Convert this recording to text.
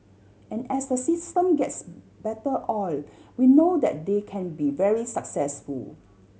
and as the system gets better oiled we know that they can be very successful